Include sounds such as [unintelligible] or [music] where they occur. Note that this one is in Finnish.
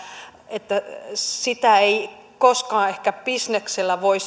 sitä henkilökohtaista tatsia ei koskaan ehkä bisneksellä voi [unintelligible]